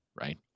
right